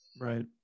Right